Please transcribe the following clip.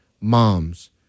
moms